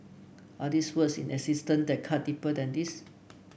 are these words in existence that cut deeper than these